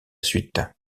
suite